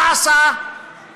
מה עשה השופט